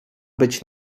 być